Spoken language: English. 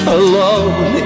alone